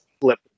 flip